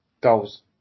goals